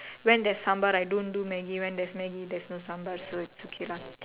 when there's sambar I don't do Maggi when there's Maggi I don't do sambar so it's okay lah